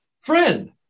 Friend